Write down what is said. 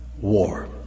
war